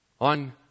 On